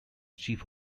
chief